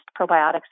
probiotics